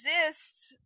exists